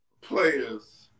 players